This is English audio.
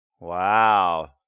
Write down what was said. Wow